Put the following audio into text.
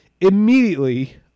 Immediately